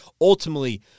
ultimately